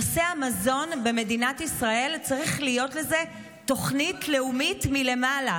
לנושא המזון במדינת ישראל צריכה להיות תוכנית לאומית מלמעלה,